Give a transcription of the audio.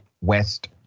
West